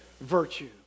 virtue